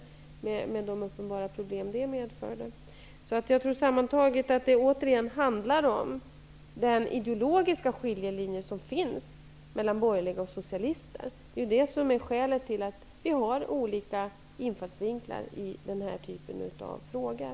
Det medförde uppenbara problem. Jag tror återigen att det handlar om den ideologiska skiljelinje som finns mellan borgerliga och socialister. Det är skälet till att vi har olika infallsvinklar i denna typ av frågor.